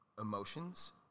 emotions